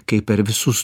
kai per visus